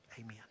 Amen